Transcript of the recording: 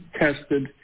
tested